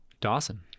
Dawson